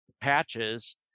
patches